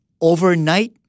overnight